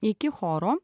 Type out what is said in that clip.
iki choro